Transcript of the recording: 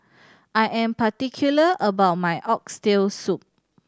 I am particular about my Oxtail Soup